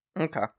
Okay